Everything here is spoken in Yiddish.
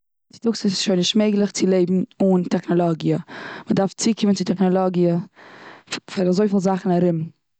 צוטאגס איז שוין נישט מעגליך צו לעבן אן טעכנאלאגיע. מ'דארף צוקומען צו טעכנאלאגיע פאר אזויפיל זאכן ארום.